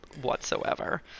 whatsoever